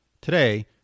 Today